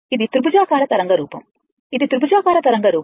ఇది త్రిభుజాకార తరంగ రూపం ఇది త్రిభుజాకార తరంగ రూపం